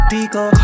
Pico